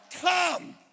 Come